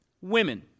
women